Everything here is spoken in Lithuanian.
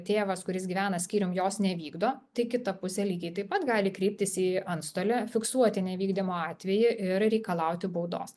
tėvas kuris gyvena skyrium jos nevykdo tai kita pusė lygiai taip pat gali kreiptis į antstolį fiksuoti nevykdymo atvejį ir reikalauti baudos